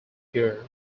year